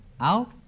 out